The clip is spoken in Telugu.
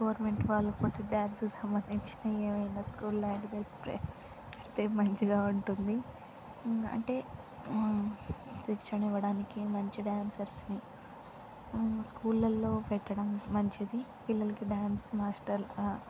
గవర్నమెంట్ వాళ్ళకు డ్యాన్స్కు సంబందించినవి ఏమైనా స్కూల్ లాంటిది పెడ్ పెడితే మంచిగా ఉంటుంది ఇంకా అంటే శిక్షణ ఇవ్వటానికి మంచి డాన్సర్స్ని స్కూల్లలో పెట్టడం మంచిది పిల్లలకు డ్యాన్స్ మాస్టర్